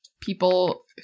people